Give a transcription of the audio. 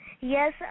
Yes